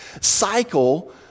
cycle